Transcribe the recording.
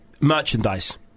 merchandise